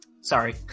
Sorry